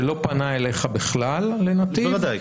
שלא פנה אליך לנתיב בכלל,